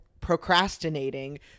procrastinating